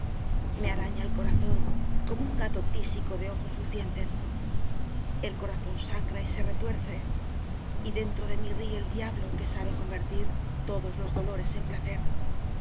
me araña el corazón como un gato tísico de ojos lucientes el corazón sangra y se retuerce y dentro de mí ríe el diablo que sabe conver tir todos los dolores en placer